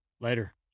Later